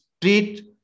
treat